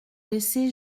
laissée